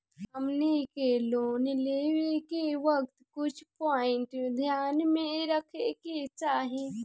हमनी के लोन लेवे के वक्त कुछ प्वाइंट ध्यान में रखे के चाही